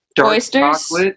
oysters